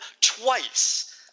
twice